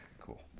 cool